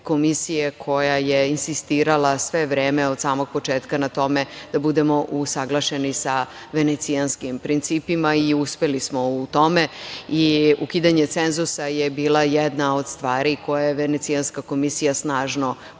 koja je insistirala sve vreme, od samog početka, na tome da budemo usaglašeni sa Venecijanskim principima i uspeli smo u tome. Ukidanje cenzusa je bila jedna od stvari koju je Venecijanska komisija snažno pozdravila,